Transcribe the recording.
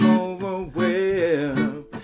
overwhelmed